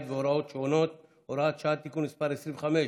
והוראות שונות) (הוראת שעה) (תיקון מס' 25),